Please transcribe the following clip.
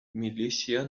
militia